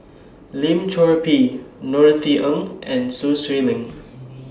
Lim Chor Pee Norothy Ng and Sun Xueling